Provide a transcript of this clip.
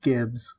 Gibbs